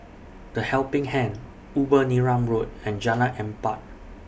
The Helping Hand Upper Neram Road and Jalan Empat